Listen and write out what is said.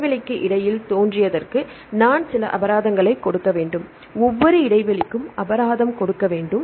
இடைவெளிக்கு இடையில் தோன்றியதற்கு நாங்கள் சில அபராதங்களை கொடுக்க வேண்டும் ஒவ்வொரு இடைவெளிக்கும் அபராதம் கொடுக்க வேண்டும்